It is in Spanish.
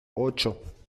ocho